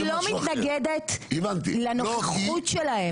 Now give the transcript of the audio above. אני לא מתנגדת לנוכחות שלהם --- לא,